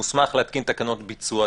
מוסמך להתקין תקנות ביצוע.